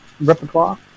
repertoire